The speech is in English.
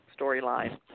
storyline